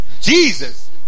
Jesus